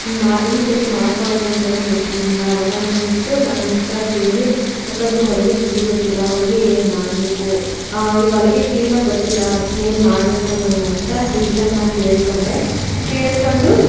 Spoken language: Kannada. ಹಿಂಗೆ ಮಾ ಹೆಂಗೆ ಸರಿ ಮಾಡಿಕೊಳೋದು ಅಂತಾ ಗೊತ್ತಿರಲಿಲ್ಲ ಅವಾಗ ನನ್ನ ಮಿಸ್ಸು ನಾನು ಮಿಸ್ ಹತ್ರ ಕೇಳಿ ಅಕ್ಕ ಇದು ಹೊಲಿಗೆ ಸರಿ ಬರ್ತಿಲ್ಲ ಹೊಲಿಗೆ ಏನು ಮಾಡಬೇಕು ಈ ಹೊಲ್ಗೆ ಕ್ಲೀನಾಗಿ ಬರ್ತಿಲ್ಲ ಅದಕ್ಕೆ ಏನು ಮಾಡಬೇಕು ನಾನು ಅಂತ ರೀಸನ್ನ ಕೇಳ್ಕೊಂಡೆ ಕೇಳಿಕೊಂಡು